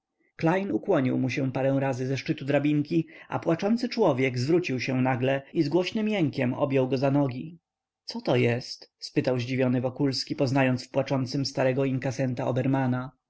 ukłonił mu się parę razy ze szczytu drabinki a płaczący człowiek zwrócił się nagle i z głośnym jękiem objął go za nogi co to jest spytał zdziwiony wokulski poznając w płaczącym starego